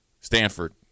Stanford